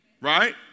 Right